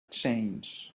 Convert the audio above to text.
change